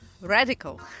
radical